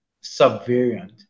sub-variant